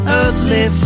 earthly